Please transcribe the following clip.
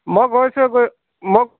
মই গৈছোঁ গৈ মই